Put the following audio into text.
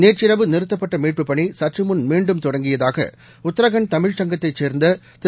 நேற்றிரவு நிறுத்தப்பட்டமீட்புப் பணி சற்றுமுன் மீண்டும் தொடங்கியதாகஉத்தராகண்ட் தமிழ்ச் சங்கத்தைச் சேர்ந்ததிரு